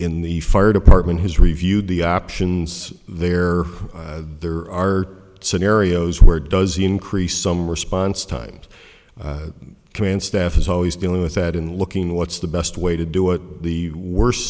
in the fire department has reviewed the options there there are scenarios where does the increase some response times command staff is always dealing with that in looking what's the best way to do it the worst